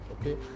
okay